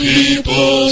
People